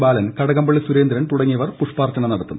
ബാലൻ കടകംപളളി സുരേന്ദ്രൻ തുടങ്ങിയവർ പുഷ്പാർച്ചന നടത്തും